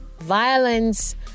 violence